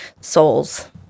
souls